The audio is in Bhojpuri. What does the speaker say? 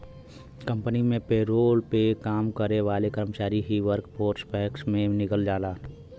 कंपनी में पेरोल पे काम करे वाले कर्मचारी ही वर्कफोर्स टैक्स में गिनल जालन